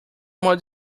more